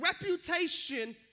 reputation